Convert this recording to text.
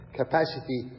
capacity